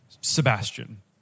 Sebastian